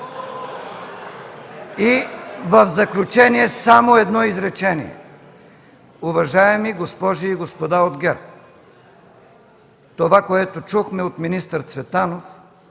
В заключение само едно изречение. Уважаеми госпожи и господа от ГЕРБ, това което чухме от министър Цветанов,